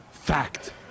Fact